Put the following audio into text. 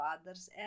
others